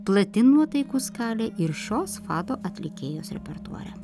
plati nuotaikų skalė ir šios fado atlikėjos repertuare